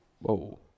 Whoa